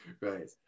Right